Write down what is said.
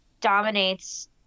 dominates –